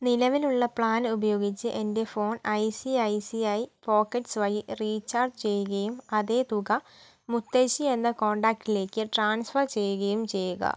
നിലവിലുള്ള പ്ലാൻ ഉപയോഗിച്ച് എൻ്റെ phone I C I C I pockets വഴി റീചാർജ് ചെയ്യുകയും അതേ തുക മുത്തശ്ശി എന്ന കോൺടാക്റ്റിലേക്ക് ട്രാൻസ്ഫർ ചെയ്യുകയും ചെയ്യുക